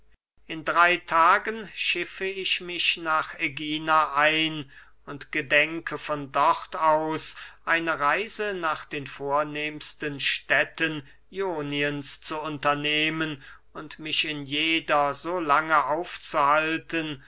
in drey tagen schiffe ich mich nach ägina ein und gedenke von dort aus eine reise nach den vornehmsten städten ioniens zu unternehmen und mich in jeder so lange aufzuhalten